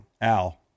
Al